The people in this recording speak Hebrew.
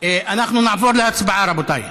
אנחנו נעבור להצבעה, רבותיי.